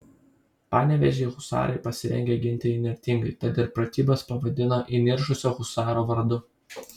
panevėžį husarai pasirengę ginti įnirtingai tad ir pratybas pavadino įniršusio husaro vardu